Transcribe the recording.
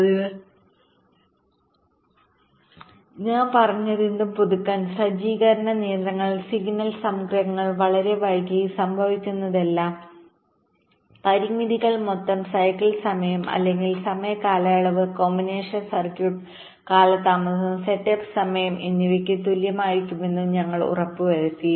അതിനാൽ ഞാൻ പറഞ്ഞതെന്തും പുതുക്കാൻ സജ്ജീകരണ നിയന്ത്രണത്തിൽ സിഗ്നൽ സംക്രമണങ്ങൾ വളരെ വൈകി സംഭവിക്കുന്നില്ലെന്നും പരിമിതികൾ മൊത്തം സൈക്കിൾ സമയം അല്ലെങ്കിൽ സമയ കാലയളവ് കോമ്പിനേഷണൽ സർക്യൂട്ട് കാലതാമസം സെറ്റപ്പ് സമയം എന്നിവയ്ക്ക് തുല്യമായിരിക്കണമെന്നും ഞങ്ങൾ ഉറപ്പുവരുത്തി